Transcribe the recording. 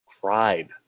cried